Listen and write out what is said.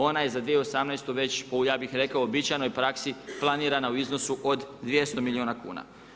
Ona je za 2018. već ja bih rekao po uobičajenoj praksi planirana u iznosu od 200 milijuna kuna.